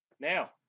Now